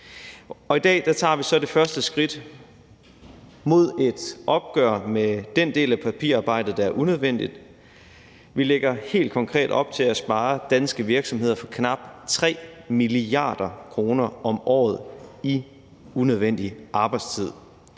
I dag tager vi så det første skridt mod et opgør med den del af papirarbejdet, der er unødvendigt. Vi lægger helt konkret op til at spare danske virksomheder for knap 3 mia. kr. om året i unødvendig arbejdstid.